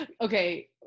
okay